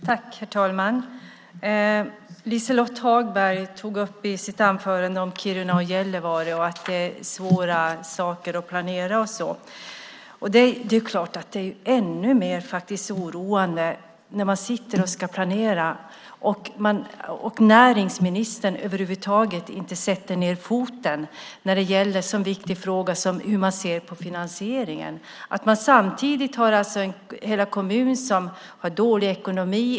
Herr talman! Liselott Hagberg tog i sitt anförande upp Kiruna och Gällivare och att det här är svåra saker att planera. Det är klart att det är ännu mer oroande att sitta och planera när näringsministern över huvud taget inte sätter ned foten i en så viktig fråga som hur man ser på finansieringen, samtidigt som kommunen har dålig ekonomi.